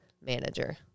manager